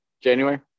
january